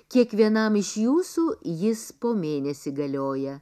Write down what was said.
kiekvienam iš jūsų jis po mėnesį galioja